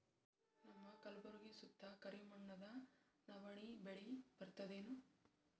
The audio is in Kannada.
ನಮ್ಮ ಕಲ್ಬುರ್ಗಿ ಸುತ್ತ ಕರಿ ಮಣ್ಣದ ನವಣಿ ಬೇಳಿ ಬರ್ತದೇನು?